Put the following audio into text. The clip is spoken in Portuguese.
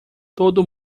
todo